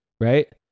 Right